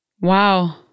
wow